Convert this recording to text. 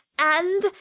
And